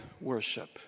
worship